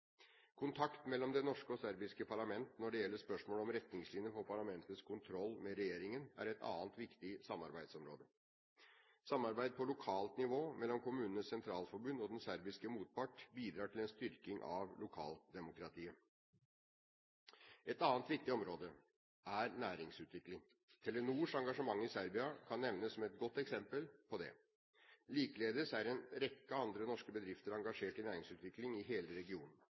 Kontakt mellom det norske og det serbiske parlament når det gjelder spørsmål om retningslinjer for parlamentets kontroll med regjeringen, er et annet viktig samarbeidsområde. Samarbeid på lokalt nivå mellom KS og den serbiske motpart bidrar til en styrking av lokaldemokratiet. Et annet viktig område er næringsutvikling. Telenors engasjement i Serbia kan nevnes som et godt eksempel på det. Likeledes er en rekke andre norske bedrifter engasjert i næringsutvikling i hele regionen.